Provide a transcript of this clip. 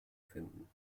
finden